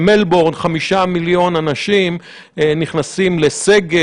שבמלבורן 5 מיליון אנשים נכנסים לסגר.